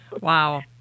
Wow